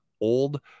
old